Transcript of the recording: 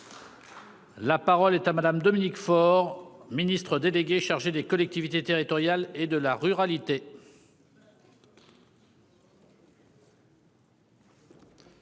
La parole est maintenant Madame Dominique Faure Ministre délégué chargé des collectivités territoriales et de la ruralité.